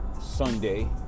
Sunday